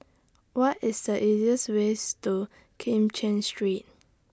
What IS The easiest ways to Kim Cheng Street